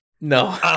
No